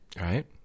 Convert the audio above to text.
Right